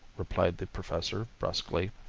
replied the professor brusquely.